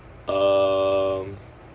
um